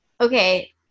Okay